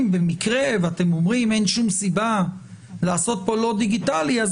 אם אתם אומרים שאין סיבה לעשות פה לא דיגיטלי אז